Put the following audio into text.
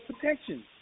protection